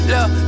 Look